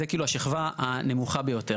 זה כאילו השכבה הנמוכה ביותר.